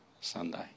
Sunday